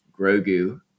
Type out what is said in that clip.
grogu